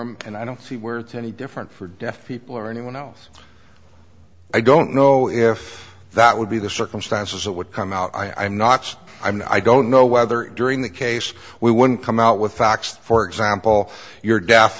and i don't see where it's any different for deaf people or anyone else i don't know if that would be the circumstances that would come out i'm not sure i mean i don't know whether during the case we would come out with facts for example your death